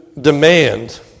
demand